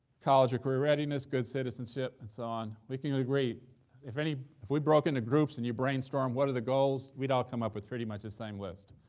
college or career readiness, good citizenship, and so on, we can agree if any if we broke into groups and you brainstormed what are the goals, we'd all come up with pretty much the same list,